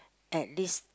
at least